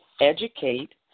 educate